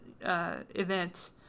event